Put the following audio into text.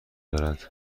دارد